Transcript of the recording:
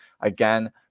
again